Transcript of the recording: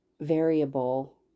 variable